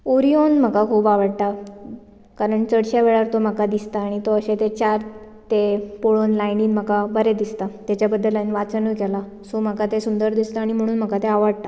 Orion म्हाका खूब आवडटा कारण चडशे वेळार तो म्हाका दिसता आनी तो अशे ते चार ते पळोवन लायनीन म्हाका बरें दिसता तेच्या बद्दल हायेन वाचनय केला सो म्हाका तें सुंदर दिसता आनी म्हणून म्हाका तें आवडटा